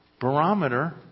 barometer